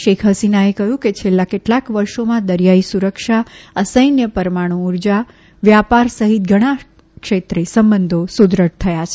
શેખ હસીનાએ કહ્યું કે છેલ્લા કેટલાંક વર્ષોમાં દરિયાઇ સુરક્ષા અસૈન્ય પરમાણુ ઉર્જા વ્યાપાર સહિત ઘણા ક્ષેત્રે સંબંધો સુદૃઢ થયા છે